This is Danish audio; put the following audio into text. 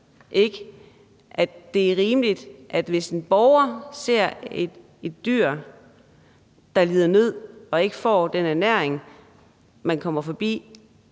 det er rimeligt, hvis en borger ser et dyr, der lider nød og ikke får den ernæring, det skal have,